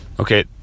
Okay